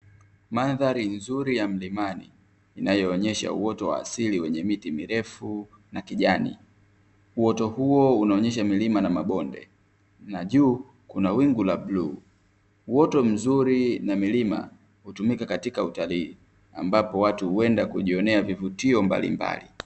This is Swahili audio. Mandhari nzuri ya mlimani, inayoonyesha uoto wa asili wenye miti mirefu na kijani. Uoto huo unaonyesha milima na mabonde na juu kuna wingu la bluu. Uoto mzuri na milima hutumika katika utalii ambapo watu huenda kujionea vivutio mbalimbali.